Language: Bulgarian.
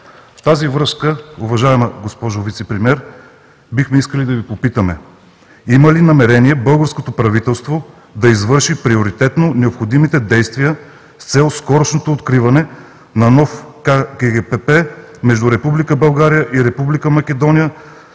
В тази връзка, уважаема госпожо Вицепремиер, бихме искали да Ви попитаме: има ли намерение българското правителство да извърши приоритетно необходимите действия с цел скорошното откриване на нов ГКПП между Република България